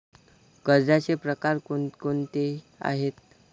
कर्जाचे प्रकार कोणकोणते आहेत?